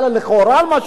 במה הוא חשוד